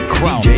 Crown